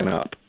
up